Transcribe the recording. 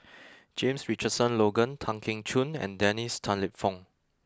James Richardson Logan Tan Keong Choon and Dennis Tan Lip Fong